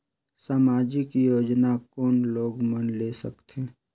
समाजिक योजना कोन लोग मन ले सकथे?